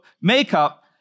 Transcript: Makeup